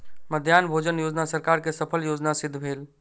मध्याह्न भोजन योजना सरकार के सफल योजना सिद्ध भेल